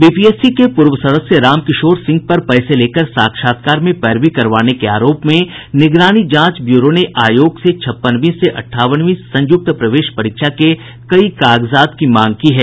BPSC के पूर्व सदस्य रामकिशोर सिंह पर पैसे लेकर साक्षात्कार में पैरवी करवाने के आरोप में निगरानी जांच ब्यूरो ने आयोग से छप्पनवीं से अठानवीं संयुक्त प्रवेश परीक्षा के कई कागजात की मांग की है